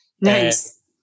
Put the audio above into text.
Nice